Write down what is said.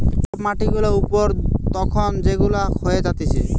সব মাটি গুলা উপর তখন যেগুলা ক্ষয়ে যাতিছে